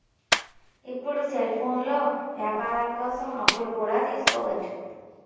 ఇప్పుడు సెల్ఫోన్లో వ్యాపారాల కోసం అప్పులు కూడా తీసుకోవచ్చు